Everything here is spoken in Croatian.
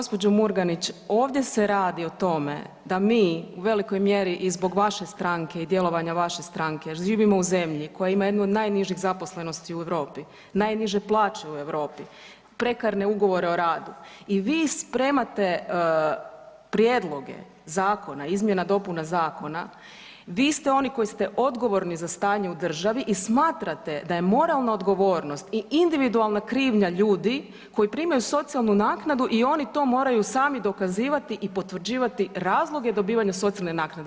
Gospođo Murganić, ovdje se radi o tome da mi u velikoj mjeri i zbog vaše stranke i djelovanja vaše stranke živimo u zemlji koja ima jednu od najnižih zaposlenosti u Europi, najniže plaće u Europi, prekarne ugovore o radu i vi spremate prijedloge zakona izmjena i dopuna zakona, vi ste oni koji ste odgovorni za stanje u državi i smatrate da je moralna odgovornost i individualna krivnja ljudi koji primaju socijalnu naknadu i oni to moraju sami dokazivati i potvrđivati razloge dobivanja socijalne naknade.